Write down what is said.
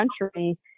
country